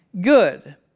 good